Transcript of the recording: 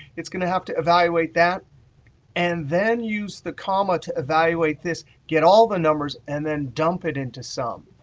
it's going to have to evaluate that and then use the comma to evaluate this, get all the numbers, and then dump it into sum.